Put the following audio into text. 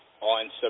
on